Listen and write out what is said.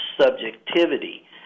subjectivity